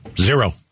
Zero